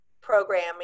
programming